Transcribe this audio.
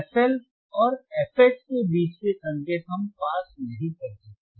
fL और fH के बीच के संकेत हम पास नहीं कर सकते